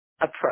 approach